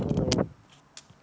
hello